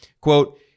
quote